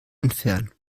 entfernen